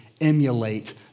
emulate